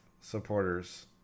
supporters